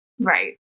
right